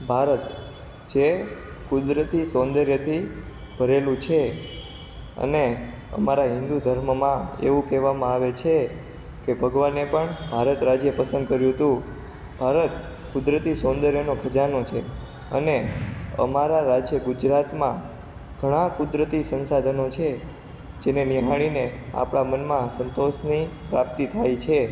ભારત જે કુદરતી સોંદર્યથી ભરેલું છે અને અમારા હિન્દુ ધર્મમાં એવું કહેવામાં આવે છે કે ભગવાને પણ ભારત રાજ્ય પસંદ કર્યું હતું ભારત કુદરતી સોંદર્યનો ખજાનો છે અને અમારા રાજ્ય ગુજરાતમાં ઘણા કુદરતી સંસાધનો છે જેને નિહાળીને આપણા મનમાં સંતોષની પ્રાપ્તિ થાય છે